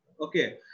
Okay